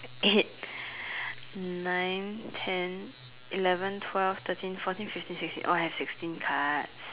eight nine ten eleven twelve thirteen fourteen fifteen sixteen oh I have sixteen cards